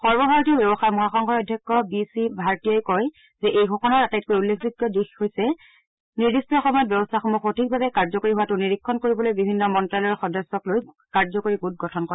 সৰ্বভাৰতীয় ব্যৱসায় মহাসংঘৰ অধ্যক্ষ বি চি ভাৰ্তিয়াই কয় যে এই ঘোষণাৰ আটাইতকৈ উল্লেখযোগ্য দিশ হৈছে নিৰ্দিষ্ট সময়ত ব্যৱস্থাসমূহ সঠিকভাৱে কাৰ্যকৰী হোৱাটো নিৰীক্ষণ কৰিবলৈ বিভিন্ন মন্ত্ৰ্যালয়ৰ সদস্যক লৈ কাৰ্যকৰী গোট গঠন কৰা